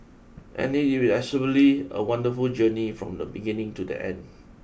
and it is absolutely a wonderful journey from the beginning to the end